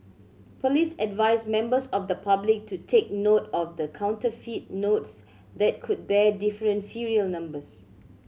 police advised members of the public to take note of the counterfeit notes that could bear different serial numbers